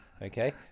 Okay